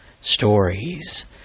stories